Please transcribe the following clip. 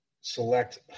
select